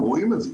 רואים את זה.